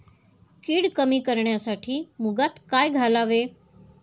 कीड कमी करण्यासाठी मुगात काय घालावे?